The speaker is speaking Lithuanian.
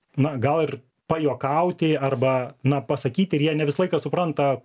na gal ir pajuokauti arba na pasakyti ir jie ne visą laiką supranta